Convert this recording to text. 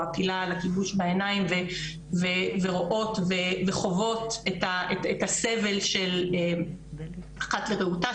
על הכיבוש בעיניים ורואות וחווות את הסבל של אחת לרעותה,